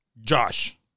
Josh